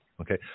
Okay